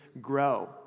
grow